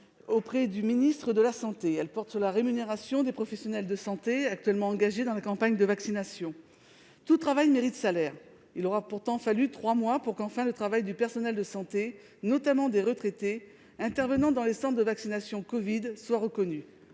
la santé, chargée de l'autonomie. Elle porte sur la rémunération des professionnels de santé actuellement engagés dans la campagne de vaccination. Tout travail mérite salaire. Il aura pourtant fallu trois mois pour que, enfin, le travail du personnel de santé, notamment des retraités intervenant dans les centres de vaccination covid, soit reconnu.